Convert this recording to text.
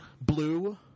blue